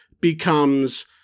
becomes